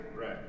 Right